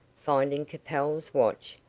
finding capel's watch,